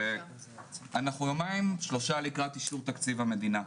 אנחנו יומיים שלושה לקראת אישור תקציב המדינה.